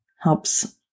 helps